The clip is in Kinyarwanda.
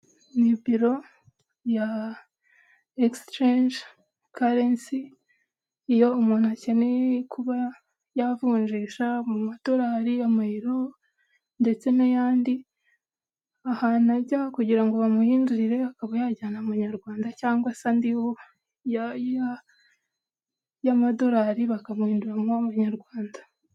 Ni biro ya egisicenge karensi iyo umuntu akeneye, kuba yavunjisha mu madorari amayero, ndetse n'ayandi ahantu, ajya kugira ngo bamuhindurire akaba yajyana munyarwanda cyangwa se andi y'amadolari bakamuhinduramo amanyarwanda.